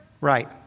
Right